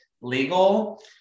legal